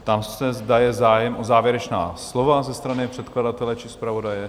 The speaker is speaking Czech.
Ptám se, zda je zájem o závěrečná slova ze strany předkladatele či zpravodaje?